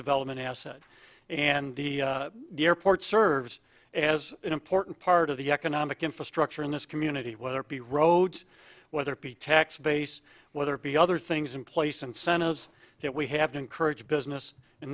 development asset and the airport serves as an important part of the economic infrastructure in this community whether it be roads whether it be tax base whether it be other things in place and cent of that we have to encourage business in